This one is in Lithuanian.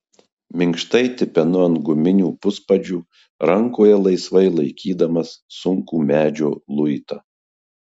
minkštai tipenu ant guminių puspadžių rankoje laisvai laikydamas sunkų medžio luitą